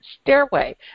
Stairway